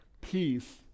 peace